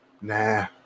nah